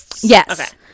yes